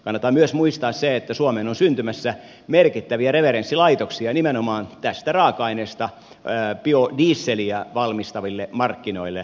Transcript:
kannattaa myös muistaa se että suomeen on syntymässä merkittäviä referenssilaitoksia nimenomaan tästä raaka aineesta biodieseliä valmistaville markkinoille